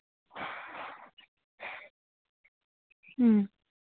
ꯎꯝ